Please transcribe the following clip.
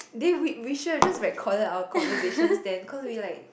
then we we should just recorded our conversation then cause we like